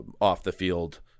off-the-field